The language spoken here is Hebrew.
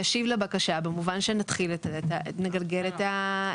"ישיב לבקשה" במובן שנתחיל לגלגל את זה.